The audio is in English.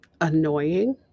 annoying